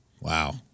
Wow